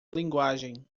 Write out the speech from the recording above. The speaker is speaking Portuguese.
linguagem